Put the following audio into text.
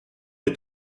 est